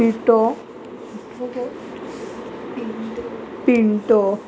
पिठो पिंटो